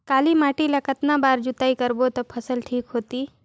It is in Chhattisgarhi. काली माटी ला कतना बार जुताई करबो ता फसल ठीक होती?